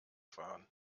fahren